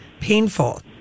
painful